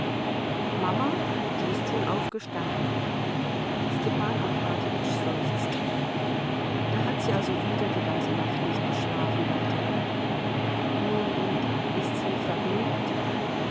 mama die ist schon aufgestanden stepan arkadjewitsch seufzte da hat sie also wieder die ganze nacht nicht geschlafen dachte er nun und ist sie vergnügt